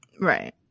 Right